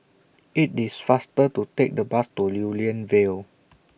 IT IS faster to Take The Bus to Lew Lian Vale